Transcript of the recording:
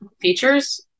features